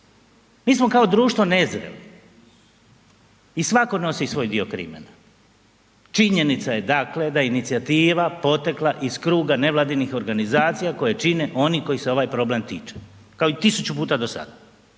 Mi smo kao društvo nezreli i svatko nosi svoj dio krimena. Činjenica je dakle da je inicijativa potekla iz kruga nevladinih organizacija koje čine oni kojih se ovaj problem tiče, kao i tisuću puta do sada.